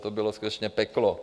To bylo skutečně peklo.